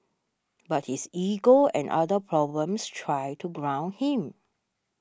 but his ego and other problems try to ground him